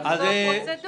אם זו הפרוצדורה.